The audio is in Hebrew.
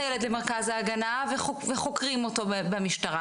הילד למרכז ההגנה וחוקרים אותו במשטרה,